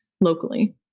locally